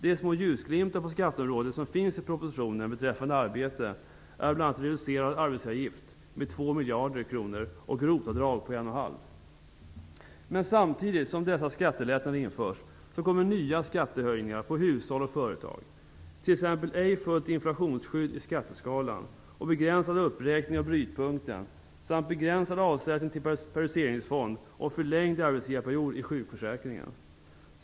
De små ljusglimtar på skatteområdet som finns i propositionen beträffande arbete är bl.a. Men samtidigt som dessa skattelättnader införs kommer nya skattehöjningar på hushåll och företag, t.ex. ej fullt inflationsskydd i skatteskalan och en begränsad uppräkning av brytpunkten samt en begränsad avsättning till periodiseringsfond och en förlängd arbetsgivarperiod i sjukförsäkringen.